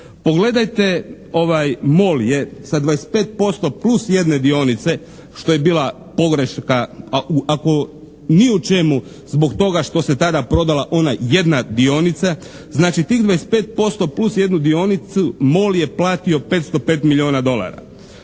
Pogledajte ovaj Mol je sa 25% plus jedne dionice što je bila pogreška ako ni u čemu zbog toga što se tada prodala ona jedna dionica, znači tih 25% plus jednu dionicu Mol je platio 505 milijuna dolara.